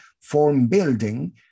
form-building